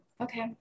okay